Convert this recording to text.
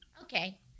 Okay